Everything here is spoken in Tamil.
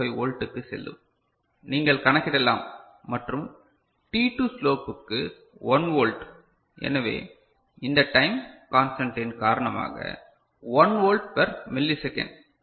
25 வோல்ட்டுக்கு செல்லும் நீங்கள் கணக்கிடலாம் மற்றும் t2 ஸ்லோப்புக்கு 1 வோல்ட் எனவே இந்த டைம் கான்ஸ்டாண்டின் காரணமாக 1 வோல்ட் பெர் மில்லி செகண்ட்